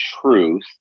truth